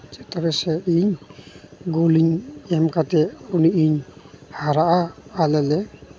ᱛᱚᱵᱮᱥᱮ ᱤᱧ ᱜᱳᱞᱤᱧ ᱮᱢ ᱠᱟᱛᱮᱫ ᱩᱱ ᱤᱧ ᱦᱟᱨᱟᱜᱼᱟ ᱟᱞᱮ ᱞᱮ